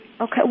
Okay